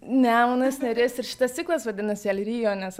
nemunas neris ir šitas ciklas vadinasi el rio nes